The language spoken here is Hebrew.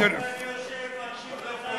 ומקשיב לך,